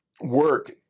work